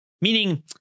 Meaning